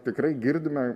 tikrai girdime